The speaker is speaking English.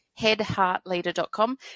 headheartleader.com